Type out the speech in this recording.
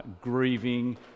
grieving